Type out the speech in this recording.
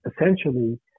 essentially